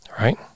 Right